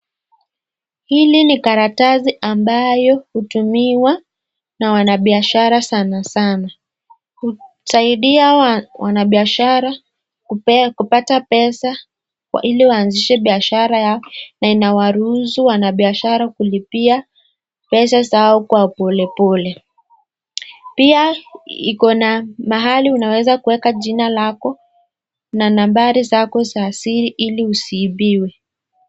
Hili ni karatasi ambayo hutumiwa na wanabishara sana sana. Husaidia wanabisashara kupata pesa ili waanzishe biashara yao na inawaruhusi wanabiashara kulipia pesa zao kwa pole pole. Pia iko na mahali unaweza kuweka jina lako na nambari zako za siri ili usiibiwe.